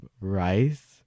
rice